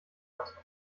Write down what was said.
hat